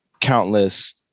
countless